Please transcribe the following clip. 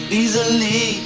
easily